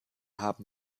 haben